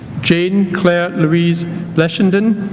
jane claire louise blechynden